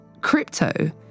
crypto